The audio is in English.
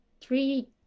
three